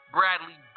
Bradley